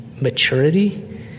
maturity